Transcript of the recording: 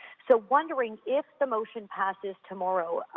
so, wondering if the motion passes tomorrow,